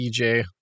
EJ